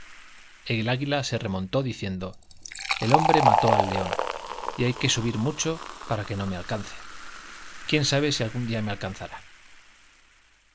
el águila se remontó diciendo el hombre mató al león hay que subir mucho para que no me alcance quién sabe si algún día me alcanzará